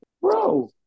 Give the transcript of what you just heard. bro